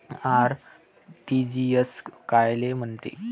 RTGS कायले म्हनते?